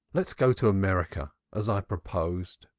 let us go to america, as i proposed.